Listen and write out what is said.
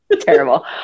terrible